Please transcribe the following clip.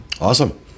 Awesome